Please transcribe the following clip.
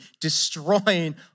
destroying